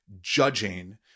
judging